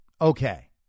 okay